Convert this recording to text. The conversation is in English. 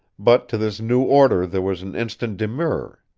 but to this new order there was an instant demurrer.